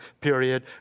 period